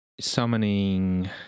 summoning